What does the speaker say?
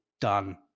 done